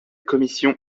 commission